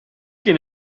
can